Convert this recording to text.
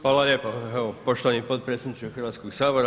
Hvala lijepa poštovani potpredsjedniče Hrvatskog sabora.